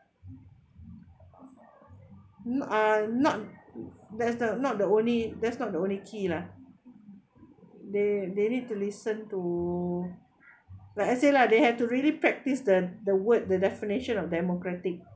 uh not that's the not the only that's not the only key lah they they need to listen to like I say lah they have to really practice the the word the definition of democratic